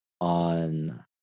on